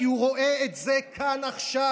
כי הוא רואה את זה כאן עכשיו: